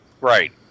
Right